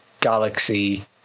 Galaxy